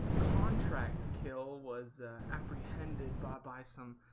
contract kill was apprehended by by some